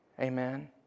Amen